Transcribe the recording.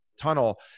tunnel